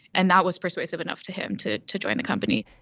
and that was persuasive enough to him to to join the company